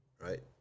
right